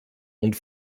und